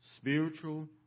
spiritual